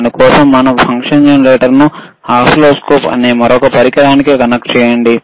దాని కోసం మనం ఈ ఫంక్షన్ జెనరేటర్ను ఓసిల్లోస్కోప్ అనే మరొక పరికరానికి కనెక్ట్ చేయండి